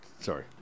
Sorry